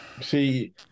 See